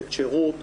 לתת שירות,